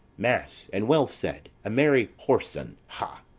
mass, and well said a merry whoreson, ha!